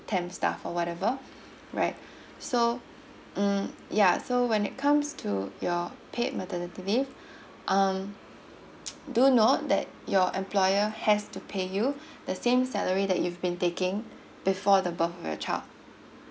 temp staff or whatever right so mm ya so when it comes to your paid maternity leave um do note that your employer has to pay you the same salary that you've been taking before the birth of your child